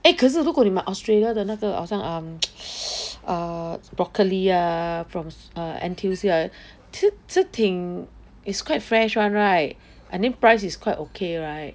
eh 可是如果你买 Australia 的那个好像 um err broccoli ah from N_T_U_C ah 是是挺 is quite fresh [one] right I mean price is quite okay right